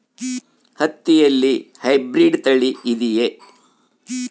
ಹತ್ತಿಯಲ್ಲಿ ಹೈಬ್ರಿಡ್ ತಳಿ ಇದೆಯೇ?